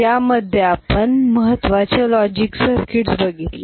त्यामध्ये आपण महत्वाचे लॉजिक सर्किट्स बघितले